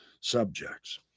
subjects